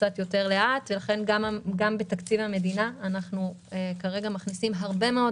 קצת לאט יותר לכן גם בתקציב המדינה אנחנו מכניסים הרבה מאוד